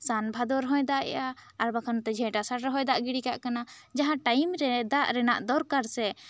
ᱥᱟᱱ ᱵᱷᱟᱫᱚᱨ ᱦᱚᱸᱭ ᱫᱟᱜ ᱮᱭᱟ ᱟᱨ ᱵᱟᱠᱷᱟᱱ ᱡᱷᱮᱸᱴ ᱟᱥᱟᱲ ᱨᱮᱦᱚᱸᱭ ᱫᱟᱜ ᱜᱤᱰᱤ ᱠᱟᱜ ᱠᱟᱱᱟ ᱡᱟᱦᱟᱸ ᱴᱟᱭᱤᱢ ᱫᱟᱜ ᱨᱮᱱᱟᱜ ᱫᱚᱨᱠᱟᱨ ᱥᱮ